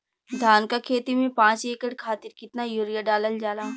धान क खेती में पांच एकड़ खातिर कितना यूरिया डालल जाला?